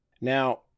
Now